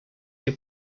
que